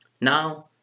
Now